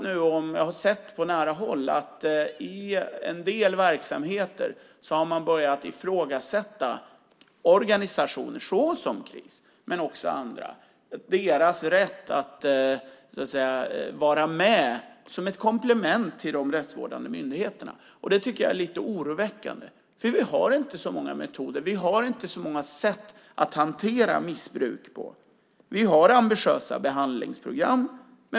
Men jag har sett på nära håll att man i en del verksamheter har börjat ifrågasätta organisationer som Kris, men också andra, och deras rätt att vara med som ett komplement till de rättsvårdande myndigheterna. Det tycker jag är lite oroväckande, för vi har inte så många metoder. Vi har inte så många sätt att hantera missbruk på. Vi har ambitiösa behandlingsprogram.